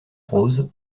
rose